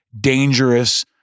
dangerous